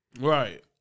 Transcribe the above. Right